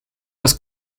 las